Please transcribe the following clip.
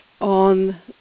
on